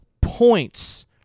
points